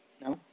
No